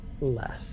Left